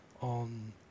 on